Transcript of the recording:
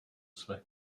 své